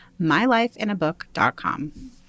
MyLifeInABook.com